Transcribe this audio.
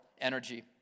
energy